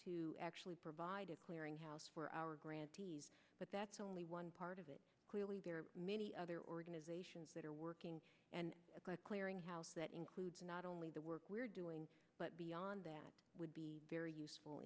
to actually provide a clearing house for our grantees but that's only one part of it clearly there are many other organizations that are working and a good clearinghouse that includes not only the work we're doing but beyond that would be very useful